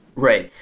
right.